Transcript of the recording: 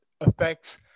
effects